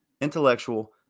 intellectual